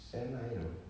send lah you know